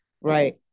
Right